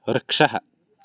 वृक्षः